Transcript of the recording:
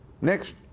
Next